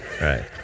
Right